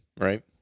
right